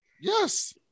Yes